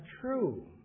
true